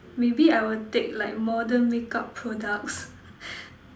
maybe I will take like modern makeup products